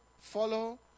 follow